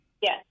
Yes